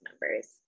members